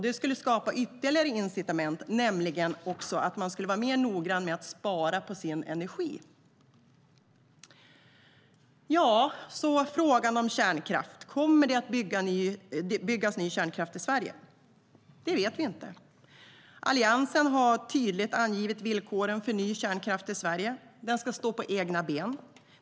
Det skulle skapa ytterligare incitament, nämligen att man skulle vara mer noggrann med att spara på sin energi. Så kommer vi till frågan om kärnkraft. Kommer det att byggas ny kärnkraft i Sverige? Det vet vi inte. Alliansen har tydligt angett villkoren för ny kärnkraft i Sverige. Den ska stå på egna ben.